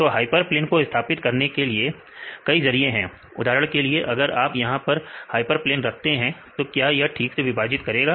तो हाइपरप्लेन को स्थापित करने के लिए कई जरिए हैं उदाहरण के लिए अगर आप यहां पर हाइपरप्लेन रखते हैं तो क्या यह ठीक से विभाजित करेगा